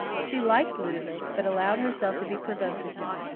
she liked ludovic, but allowed herself to be provoked with him.